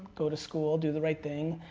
go to school, do the right thing,